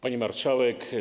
Pani Marszałek!